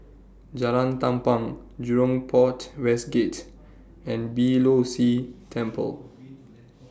Jalan Tampang Jurong Port West Gate and Beeh Low See Temple